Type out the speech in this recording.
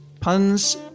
puns